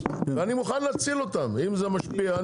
ואני מוכן להציל אותם אם זה משפיע,